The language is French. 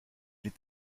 est